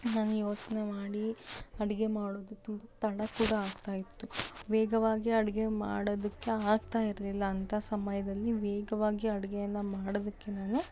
ನಾನು ಯೋಚನೆ ಮಾಡಿ ಅಡುಗೆ ಮಾಡೋದು ತು ತಡ ಕೂಡ ಆಗ್ತಾ ಇತ್ತು ವೇಗವಾಗಿ ಅಡುಗೆ ಮಾಡೋದಕ್ಕೆ ಆಗ್ತಾ ಇರಲಿಲ್ಲ ಅಂಥ ಸಮಯದಲ್ಲಿ ವೇಗವಾಗಿ ಅಡುಗೆಯನ್ನು ಮಾಡೋದಕ್ಕೆ ನಾನು